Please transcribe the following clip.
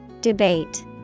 Debate